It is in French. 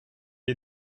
est